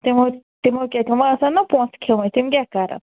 تِمو تِمو کیٛاہ تِمو آسَن نہ پونٛسہٕ کھیٚمٕتۍ تِم کیاہ کَرَن